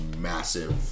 massive